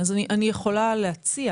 אני יכולה להציע